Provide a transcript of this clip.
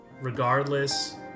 regardless